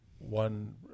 one